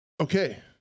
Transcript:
Okay